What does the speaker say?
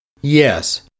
Yes